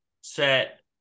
set